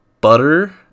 butter